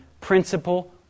principle